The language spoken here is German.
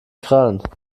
krallen